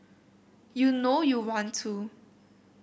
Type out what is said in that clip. you know you want to